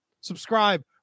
Subscribe